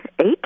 eight